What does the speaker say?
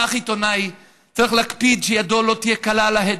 כך עיתונאי צריך להקפיד שידו לא תהיה קלה על ההדק,